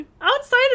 Outside